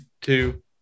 two